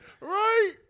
right